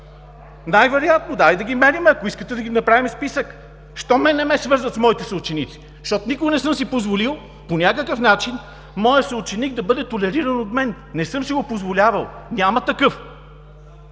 Дайте да ги мерим! Ако искате, да направим списък? Защо мен не ме свързват с моите съученици? Защото никога не съм си позволил по някакъв начин мой съученик да бъде толериран от мен. Не съм си го позволявал. Няма такъв!